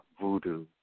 Voodoo